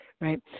right